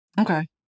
Okay